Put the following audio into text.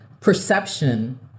perception